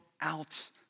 out